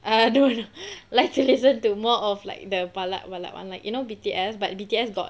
I don't like to listen to more of like the ballad ballad [one] like you know B_T_S but B_T_S got